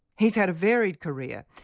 he's had a varied career,